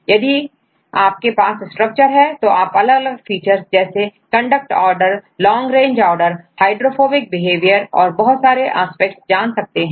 अब यदि आपके पास स्ट्रक्चर है तो आप अलग अलग फीचर जैसे conduct order long range order hydrophobic behaviour और बहुत सारे एस्पेक्ट्स जान सकते हैं